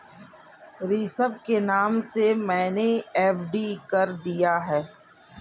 ऋषभ के नाम से मैने एफ.डी कर दिया है